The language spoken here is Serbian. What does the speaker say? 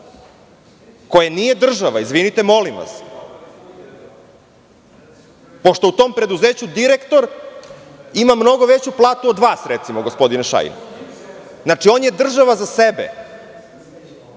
koje nije država, izvinite, molim vas.U tom preduzeću direktor ima mnogo veću platu od vas, recimo, gospodine Šajn. Znači, on je država za sebe.